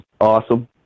awesome